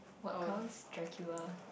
what counts Dracula